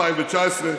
2019,